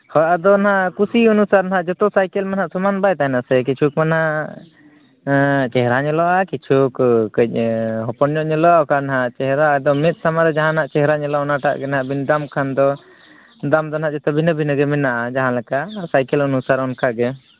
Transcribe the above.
ᱦᱳᱭ ᱟᱫᱚ ᱱᱟᱜ ᱠᱩᱥᱤ ᱚᱱᱩᱥᱟᱨ ᱱᱟᱜ ᱡᱚᱛᱚ ᱥᱟᱭᱠᱮᱹᱞ ᱢᱟ ᱱᱟᱜ ᱥᱚᱢᱟᱱ ᱵᱟᱭ ᱛᱟᱦᱮᱱᱟ ᱥᱮ ᱠᱤᱪᱷᱩ ᱢᱟ ᱱᱟᱜ ᱪᱮᱦᱨᱟ ᱧᱮᱞᱚᱜᱼᱟ ᱠᱤᱪᱷᱩ ᱠᱟᱺᱪ ᱦᱚᱯᱚᱱ ᱧᱚᱜ ᱧᱮᱞᱚᱜᱼᱟ ᱚᱱᱟ ᱦᱟᱸᱜ ᱪᱮᱦᱨᱟ ᱮᱠᱫᱚᱢ ᱢᱮᱸᱫ ᱥᱟᱢᱟᱝ ᱨᱮ ᱡᱟᱦᱟᱸ ᱱᱟᱜ ᱪᱮᱦᱨᱟ ᱧᱮᱞᱚᱜᱼᱟ ᱚᱱᱟ ᱴᱟᱜ ᱜᱮ ᱱᱟᱜ ᱵᱤᱱ ᱫᱟᱢ ᱠᱷᱟᱱ ᱫᱚ ᱫᱟᱢ ᱫᱚ ᱱᱟᱜ ᱡᱚᱛᱚ ᱵᱷᱤᱱᱟᱹ ᱵᱷᱤᱱᱟᱹ ᱜᱮ ᱢᱮᱱᱟᱜᱼᱟ ᱡᱟᱦᱟᱸᱞᱮᱠᱟ ᱥᱟᱭᱠᱮᱹᱞ ᱚᱱᱩᱥᱟᱨ ᱚᱱᱠᱟ ᱜᱮ